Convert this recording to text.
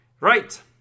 Right